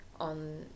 on